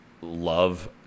love